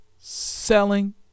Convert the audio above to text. selling